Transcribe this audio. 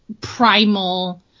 primal